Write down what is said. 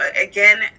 again